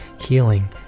healing